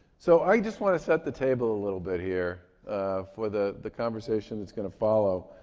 so i just want to set the table a little bit here for the the conversation that's going to follow.